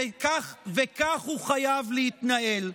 וכך הוא חייב להתנהל.